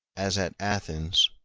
as at athens,